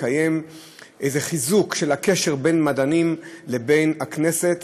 לקיים איזה חיזוק של הקשר בין מדענים לבין הכנסת